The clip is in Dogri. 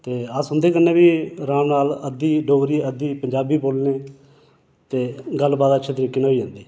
ते अस उं'दे कन्नै बी राम नाल अद्धी डोगरी अद्धी पंजाबी बोलने ते गल्ल बात अच्छे तरीके कन्नै होई जंदी